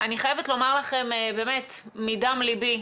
אני חייבת לומר לכם, מדם ליבי,